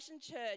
church